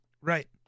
Right